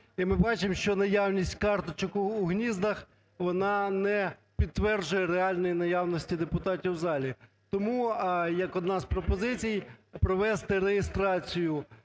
і ми бачимо, що наявність карточок у гніздах, вона не підтверджує реальної наявності депутатів в залі. Тому як одна з пропозицій, провести реєстрацію